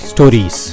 Stories